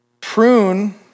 Prune